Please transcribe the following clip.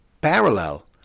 parallel